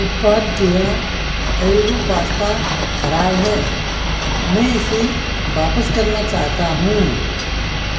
उत्पाद Keya elbow pasta ख़राब है मैं इसे वापस करना चाहता हूँ